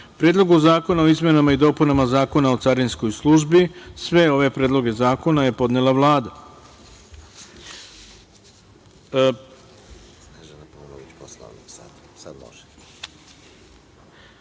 Predlogu zakona o izmenama i dopunama Zakona o carinskoj službi. Sve ove predloge zakona je podnela